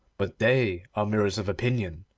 but they are mirrors of opinion.